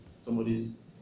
somebody's